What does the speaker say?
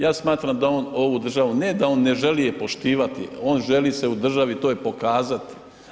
Ja smatram da on ovu državu ne da on ne želi je poštivati, on želi se u državi toj pokazati.